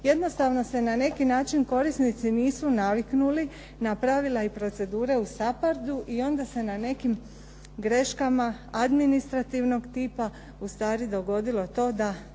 Jednostavno se na neki način korisnici nisu naviknuli na pravila i procedure u SAPHARD-u i onda se na nekim greškama administrativnog tipa ustvari dogodilo to da